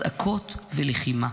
אזעקות ולחימה,